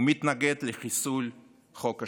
ומתנגד לחיסול חוק השבות.